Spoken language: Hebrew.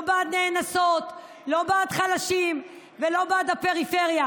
לא בעד נאנסות, לא בעד חלשים ולא בעד הפריפריה.